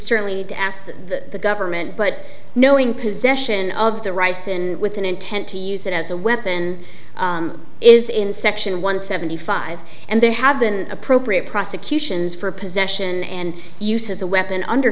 that the government but knowing possession of the rice and with an intent to use it as a weapon is in section one seventy five and they have been appropriate prosecutions for possession and use as a weapon under